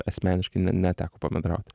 asmeniškai neteko pabendraut